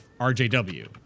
RJW